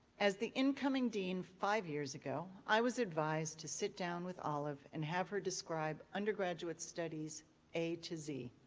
as the incoming dean five years ago, i was advised to sit down with olive and have her describe undergraduate studies a to z.